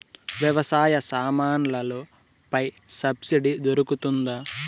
వ్యవసాయ సామాన్లలో పై సబ్సిడి దొరుకుతుందా?